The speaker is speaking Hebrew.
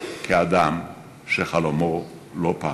כאדם שחלומו לא פג,